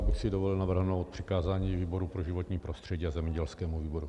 Já bych si dovolil navrhnout přikázání výboru pro životní prostředí a zemědělskému výboru.